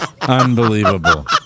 Unbelievable